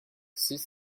six